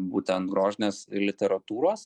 būtent grožinės literatūros